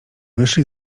wyszli